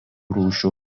rūšių